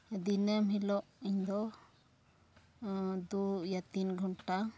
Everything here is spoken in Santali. ᱫᱤᱱᱟᱹᱢ ᱦᱤᱞᱳᱜ ᱤᱧᱫᱚ ᱫᱩ ᱤᱭᱟ ᱛᱤᱱ ᱜᱷᱚᱱᱴᱟ